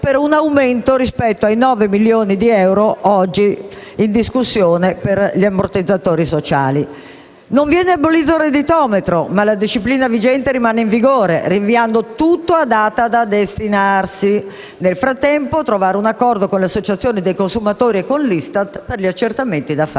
di un aumento rispetto ai 9 milioni di euro oggi in discussione per gli ammortizzatori sociali. Non viene abolito il redditometro, ma la disciplina vigente rimane in vigore, rinviando tutto a data da destinarsi. Nel frattempo, occorre trovare un accordo con l'associazione dei consumatori e con l'ISTAT per gli accertamenti da fare.